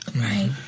Right